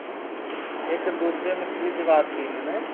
जी एक दूसरे मिस्त्री से बात की मैंने